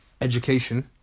education